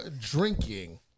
drinking